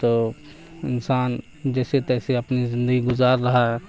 تو انسان جیسے تیسے اپنی زندگی گزار رہا ہے